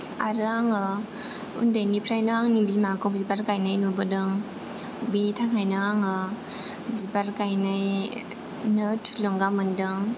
आरो आङो उन्दैनिफ्रायनो आंनि बिमाखौ बिबार गायनाय नुबोदों बिनि थाखायनो आङो बिबार गायनायनो थुलुंगा मोनदों